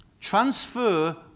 transfer